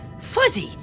Fuzzy